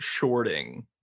shorting